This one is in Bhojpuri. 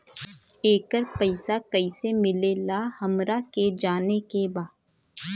येकर पैसा कैसे मिलेला हमरा के जाने के बा?